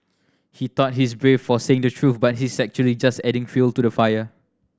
he thought he's brave for saying the truth but he's actually just adding fuel to the fire